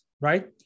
right